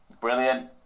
Brilliant